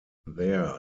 there